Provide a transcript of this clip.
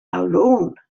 alone